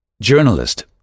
Journalist